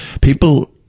people